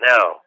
Now